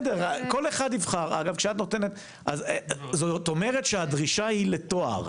זאת אומרת שהדרישה היא לתואר,